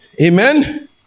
Amen